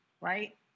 right